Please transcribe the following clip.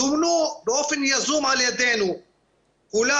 זומנו באופן יזום על ידנו כולם.